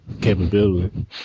capability